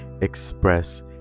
express